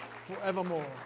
forevermore